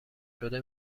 شده